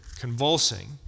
convulsing